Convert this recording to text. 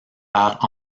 par